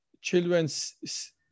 children's